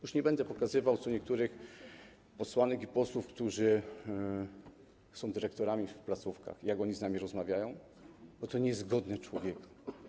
Już nie będę pokazywał niektórym posłankom i posłom, którzy są dyrektorami w placówkach, jak oni z nami rozmawiają, bo to nie jest godne człowieka.